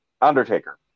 Undertaker